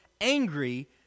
angry